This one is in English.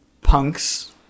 punks